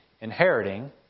Inheriting